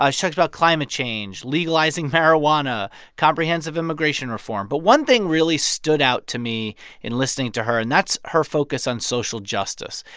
ah talks about climate change, legalizing marijuana, comprehensive immigration reform but one thing really stood out to me in listening to her, and that's her focus on social justice.